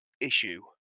issue